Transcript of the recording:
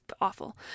awful